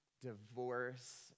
divorce